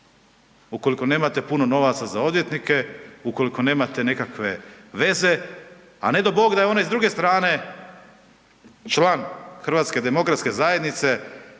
ukoliko nemate puno novaca za odvjetnike, ukoliko nemate nekakve veze a ne dao bog da je on s druge strane član HDZ-a istaknutiji,